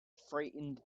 frightened